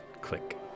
Click